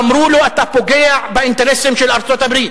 אמרו לו: אתה פוגע באינטרסים של ארצות-הברית,